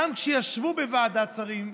כי גם כשהם ישבו בוועדת שרים,